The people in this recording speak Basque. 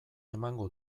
emango